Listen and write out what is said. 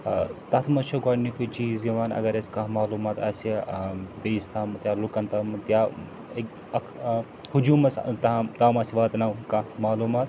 ٲں تَتھ منٛز چھُ گۄڈنیٛکُے چیٖز یِوان اَگر اسہِ کانٛہہ معلوٗمات آسہِ ٲں بیٚیِس تام یا لوٗکَن تام یا اکھ ٲں حجوٗمَس ٲں تام تام آسہِ واتناوُن کانٛہہ معلوٗمات